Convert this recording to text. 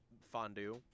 fondue